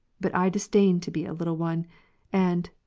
but i disdained to be a little one and,